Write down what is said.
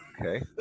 Okay